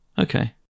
Okay